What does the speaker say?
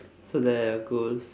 so they're your goals